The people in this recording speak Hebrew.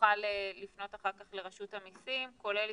ונוכל אחר כך לפנות אחר כך לרשות המסים כולל גם